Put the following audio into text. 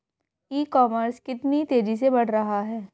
ई commerce कितनी तेजी से बढ़ रहा है?